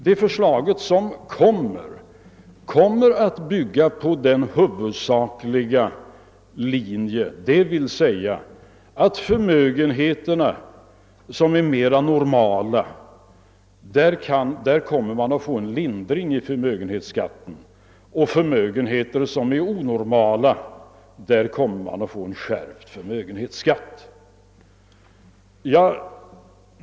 Det förslag som framläggs kommer huvudsakligen att bygga på grundförutsättningen att det skall bli en lindring av förmögenhetsskatten vid mer normala förmögenhe ter, medan förmögenheter som är onormala medför en skärpning.